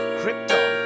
krypton